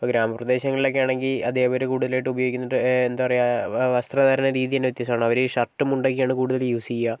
ഗ്രാമപ്രദേശങ്ങളിൽ ഒക്കെയാണെങ്കിൽ അധ്യാപകർ കൂടുതലായിട്ടും ഉപയോഗിക്കുന്നത് എന്താണ് പറയുക വസ്ത്രധാരണ രീതി തന്നെ വ്യത്യാസമാണ് അവർ ഷർട്ടും മുണ്ടും ഒക്കെയാണ് കൂടുതലായും യൂസ് ചെയ്യുക